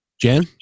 Jen